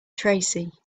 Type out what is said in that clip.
tracy